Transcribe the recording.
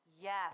Yes